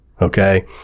Okay